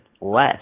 less